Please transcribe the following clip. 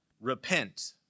Repent